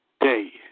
day